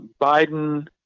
Biden